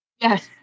Yes